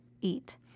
eat